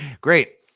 Great